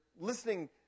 Listening